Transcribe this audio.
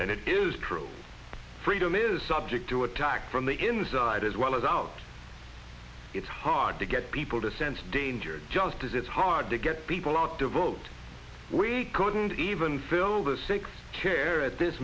then it is true freedom is subject to attack from the inside as well as out it's hard to get people to sense danger just as it's hard to get people out to vote we couldn't even fill the six care at this